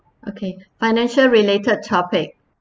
okay financial related topic